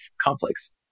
conflicts